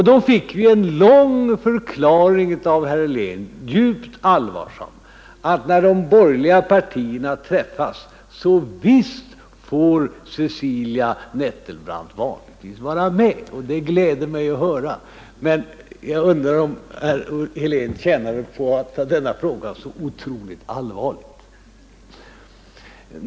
Då fick vi en lång och djupt allvarsam förklaring av herr Helén att Cecilia Nettelbrandt vanligtvis visst får vara med när de tre borgerliga partierna träffas — och det gläder mig att höra. Men jag undrar om herr Helén tjänar på att ta denna fråga så otroligt allvarligt.